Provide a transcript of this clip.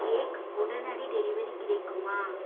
cake உடனடி delivery கிடைக்குமா